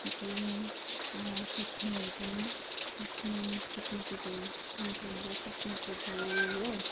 ती सिस्नोहरू पनि सिस्नो सिस्नोको झोल कस्तो मिठो हुन्छ सिस्नोको झोल हो